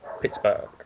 Pittsburgh